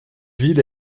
ville